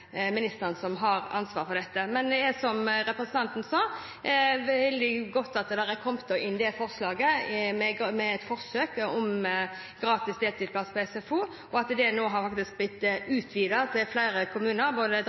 ministeren som har ansvar for det. Det er, som representanten sa, veldig godt at det forslaget har kommet inn. Et forsøk med gratis deltidsplass på SFO har nå faktisk blitt utvidet til flere kommuner, både